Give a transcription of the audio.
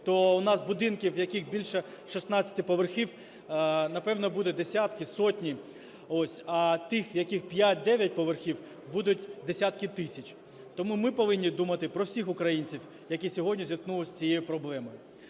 то в нас будинків, в яких більше 16 поверхів, напевно, буде десятки, сотні, ось, а тих, в яких 5-9 поверхів – будуть десятки тисяч. Тому ми повинні думати про всіх українців, які сьогодні зіткнулися з цією проблемою.